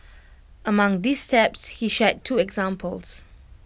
amongst these steps he shared two examples